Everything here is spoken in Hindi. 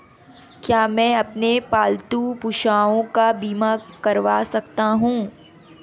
क्या मैं अपने पालतू पशुओं का बीमा करवा सकता हूं?